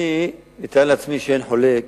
אני מתאר לעצמי שאין חולק